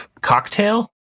cocktail